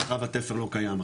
מרחב התפר לא קיים,